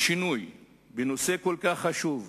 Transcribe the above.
בנושא כל כך חשוב,